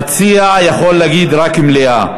המציע יכול להגיד רק מליאה.